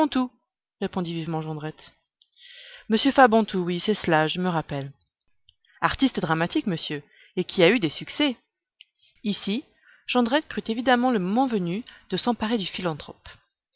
répondit vivement jondrette monsieur fabantou oui c'est cela je me rappelle artiste dramatique monsieur et qui a eu des succès ici jondrette crut évidemment le moment venu de s'emparer du philanthrope